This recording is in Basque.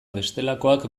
bestelakoak